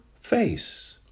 face